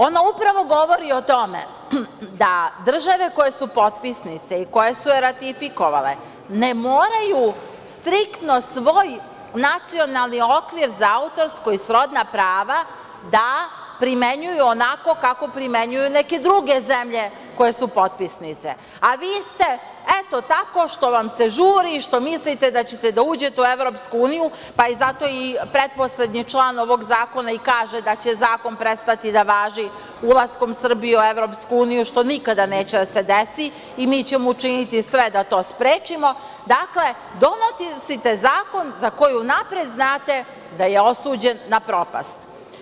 Ona upravo govori o tome da države koje su potpisnice i koje su je ratifikovale ne moraju striktno svoj nacionalni okvir za autorska i srodna prava da primenjuju onako kako primenjuju neke druge zemlje koje su potpisnice, a vi ste, eto tako što vam se žuri i što mislite da ćete da uđete u Evropsku uniju, pa zato i pretposlednji član ovog zakona i kaže da će zakon prestati da važi ulaskom Srbije u Evropsku uniju, što nikada neće da se desi i mi ćemo učiniti sve da to sprečimo, dakle, donosite zakon za koji unapred znate da je osuđen na propast.